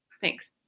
Thanks